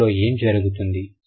ఇందులో ఏమి జరుగుతుంది